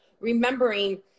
remembering